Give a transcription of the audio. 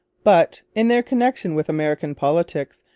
but, in their connection with american politics,